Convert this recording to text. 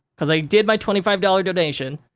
cause i did my twenty five dollars donation,